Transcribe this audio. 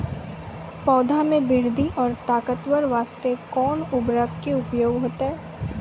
पौधा मे बृद्धि और ताकतवर बास्ते कोन उर्वरक के उपयोग होतै?